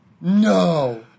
No